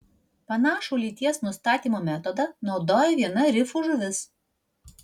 panašų lyties nustatymo metodą naudoja viena rifų žuvis